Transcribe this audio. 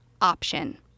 option